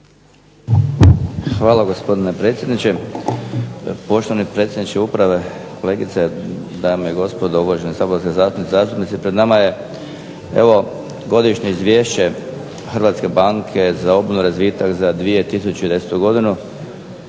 Hvala gospodine predsjedniče, poštovani predsjedniče uprave, kolegice, dame i gospodo, uvažene saborske zastupnice i zastupnici. Pred nama je evo godišnje izvješće Hrvatske banke za obnovu i razvitak za 2010. godinu,